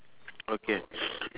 okay